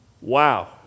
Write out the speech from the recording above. Wow